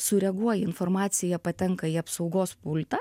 sureaguoja informacija patenka į apsaugos pultą